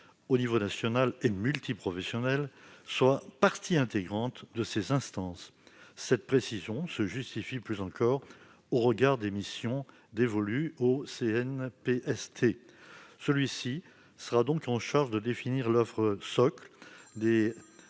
au niveau national et multiprofessionnel soient partie intégrante de ces instances. Cette précision se justifie plus encore au regard des missions dévolues au CNPST. Celui-ci sera donc en charge de définir l'offre socle des